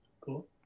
Cool